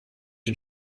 den